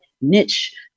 niche